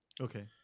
okay